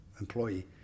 employee